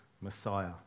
Messiah